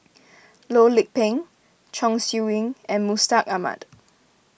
Loh Lik Peng Chong Siew Ying and Mustaq Ahmad